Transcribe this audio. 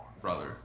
brother